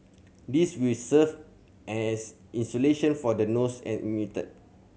this will serve as insulation from the noise emitted